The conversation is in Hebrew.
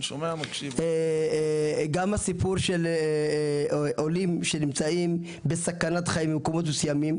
גם הסיפור של עולים שנמצאים בסכנת חיים במקומות מסוימים.